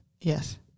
Yes